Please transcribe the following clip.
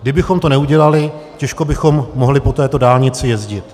Kdybychom to neudělali, těžko bychom mohli po této dálnici jezdit.